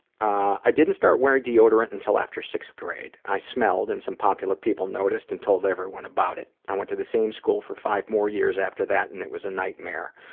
i didn't start wearing deodorant until after sixth grade. i smelled, and some popular people noticed and told everyone about it. i went to the same school for five more years after that, and it was a nightmare.